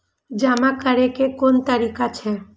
जमा करै के कोन तरीका छै?